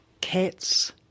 cats